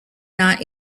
not